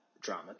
drama